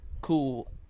Cool